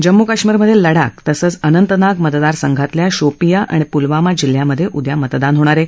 जम्मू कश्मीरमधे लडाख तसंच अनंतनाग मतदारसंघातल्या शोपियां आणि पुलवामा जिल्ह्यांमधे उद्या मतदान होईल